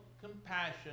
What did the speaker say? compassion